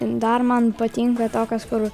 dar man patinka tokios kur